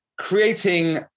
creating